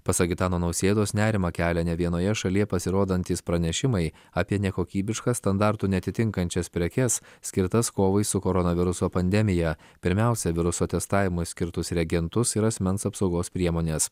pasak gitano nausėdos nerimą kelia ne vienoje šalyje pasirodantys pranešimai apie nekokybiškas standartų neatitinkančias prekes skirtas kovai su koronaviruso pandemija pirmiausia viruso testavimui skirtus reagentus ir asmens apsaugos priemones